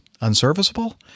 Unserviceable